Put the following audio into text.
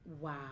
Wow